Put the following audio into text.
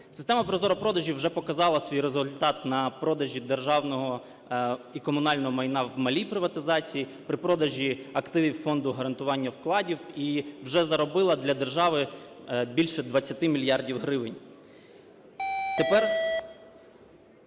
Системі ProZorro.Продажі вже показала свій результат на продажі державного і комунального майна в малій приватизації, при продажі активів фонду гарантування вкладів, і вже заробила для держави більше 20 мільярдів гривень.